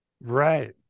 Right